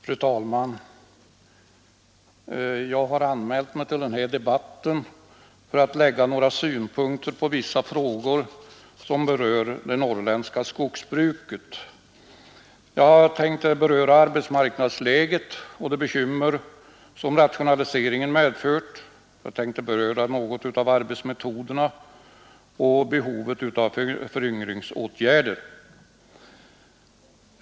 Fru talman! Jag har anmält mig till den här debatten för att lägga några synpunkter på vissa frågor som berör det norrländska skogsbruket. Jag tänkte beröra arbetsmarknadsläget och de bekymmer som rationaliseringen medfört, avverkningsmetoder och föryngringsåtgärder.